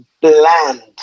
bland